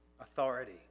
Authority